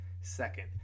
Second